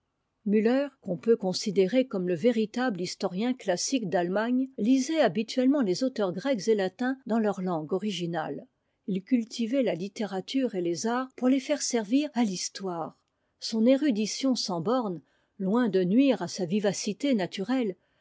müller qu'on peut considérer comme le véritable historien classique d'allemagne lisait habituellement les auteurs grecs et latins dans leur langue originale it cult vait la littérature et les arts pour les faire servir à l'histoire son érudition sans bornes loin de nuire à sa vivacité naturelle